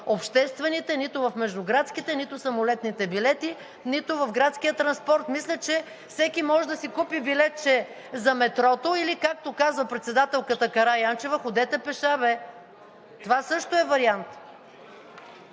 нито обществените, нито междуградските, нито самолетните билети, нито градския транспорт. Мисля, че всеки може да си купи билетче за метрото или както каза председателката Караянчева: „Ходете пеша бе.“ Това също е вариант.